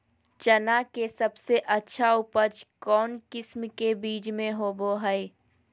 चना के सबसे अच्छा उपज कौन किस्म के बीच में होबो हय?